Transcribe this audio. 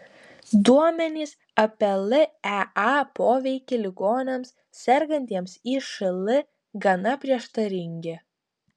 duomenys apie lea poveikį ligoniams sergantiems išl gana prieštaringi